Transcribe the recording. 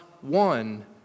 one